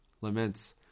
laments